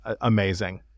amazing